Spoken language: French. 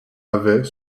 avaient